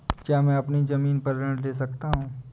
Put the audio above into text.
क्या मैं अपनी ज़मीन पर ऋण ले सकता हूँ?